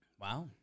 Wow